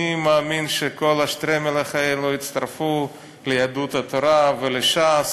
אני מאמין שכל השטריימלך האלו יצטרפו ליהדות התורה ולש"ס,